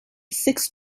six